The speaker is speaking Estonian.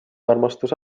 armastus